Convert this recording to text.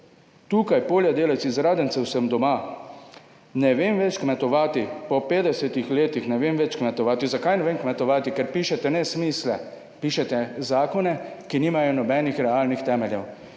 tukaj poljedelec, iz Radencev sem doma, ne vem več kmetovati, po 50 letih ne vem več kmetovati. Zakaj ne vem, kmetovati? Ker pišete nesmisle, pišete zakone, ki nimajo nobenih realnih temeljev